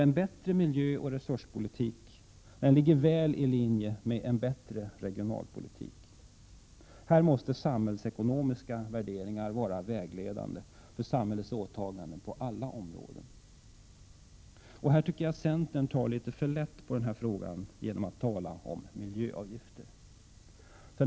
En bättre miljöoch resurspolitik ligger väl i linje med en bättre regionalpolitik. Man måste låta samhällsekonomiska värderingar vara vägledande för samhällets åtaganden på alla områden. Jag tycker att centern tar litet för lätt på den här frågan genom att tala om miljöavgifter.